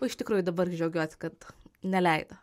o iš tikrųjų dabar džiaugiuosi kad neleido